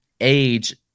age